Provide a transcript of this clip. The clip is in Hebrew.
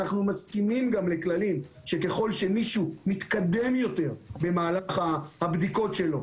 מסכימים גם לכללים שככל שמישהו מתקדם יותר במהלך הבדיקות שלו,